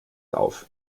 auf